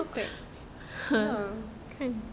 !huh! kan